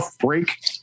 break